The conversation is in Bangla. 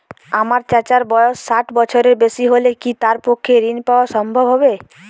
আমার চাচার বয়স ষাট বছরের বেশি হলে কি তার পক্ষে ঋণ পাওয়া সম্ভব হবে?